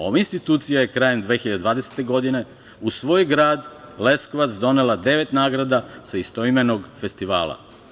Ova institucija je krajem 2020. godine u svoj grad Leskovac donela devet nagrada sa istoimenog festivala.